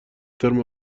ترم